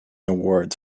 awards